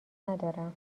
ندارم